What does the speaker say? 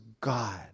God